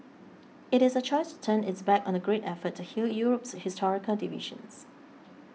it is a choice to turn its back on the great effort to heal Europe's historical divisions